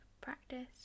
practice